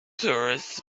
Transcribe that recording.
tourists